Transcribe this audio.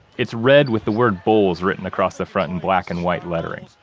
it's red with the word bulls written across the front in black and white lettering.